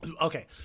Okay